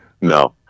no